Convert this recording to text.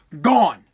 Gone